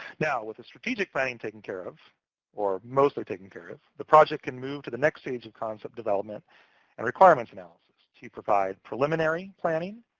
now, with the strategic planning taken care of or mostly taken care of, the project can move to the next stage of concept development a requirements analysis to employ preliminary planning,